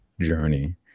journey